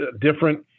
different